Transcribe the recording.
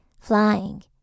Flying